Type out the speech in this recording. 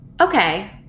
okay